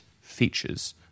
features